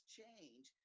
change